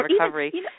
recovery